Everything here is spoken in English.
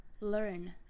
learn